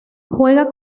juega